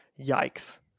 yikes